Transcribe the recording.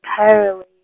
entirely